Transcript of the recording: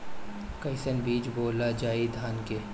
कईसन बीज बोअल जाई धान के?